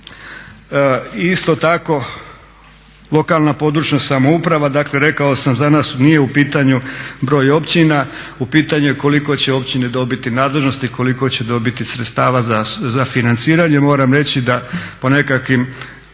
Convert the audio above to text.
isto tako lokalna područna samouprava, dakle rekao sam za nas nije u pitanju broj općina. U pitanju je koliko će općine dobiti nadležnosti, koliko će dobiti sredstava za financiranje. Moram reći da po nekakvim